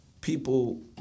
people